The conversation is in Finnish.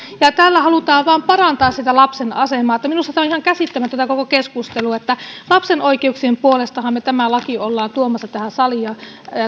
tällä halutaan vain parantaa sitä lapsen asemaa minusta tämä koko keskustelu on ihan käsittämätöntä lapsen oikeuksien puolestahan me tämän lain olemme tuomassa tähän saliin ja